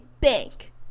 bank